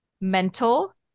mental